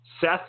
Seth